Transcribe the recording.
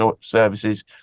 services